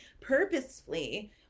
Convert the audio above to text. purposefully